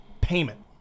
payment